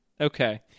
Okay